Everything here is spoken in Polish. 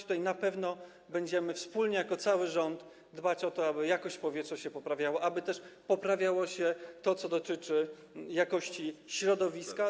Tutaj na pewno będziemy wspólnie, jako cały rząd dbać o to, aby jakość powietrza się poprawiała, aby też poprawiało się to, co dotyczy jakości środowiska.